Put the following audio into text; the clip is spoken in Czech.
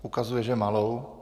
Ukazuje, že malou.